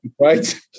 right